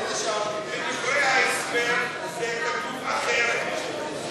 בדברי ההסבר זה כתוב אחרת.